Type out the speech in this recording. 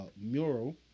mural